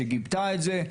שגיבתה את זה,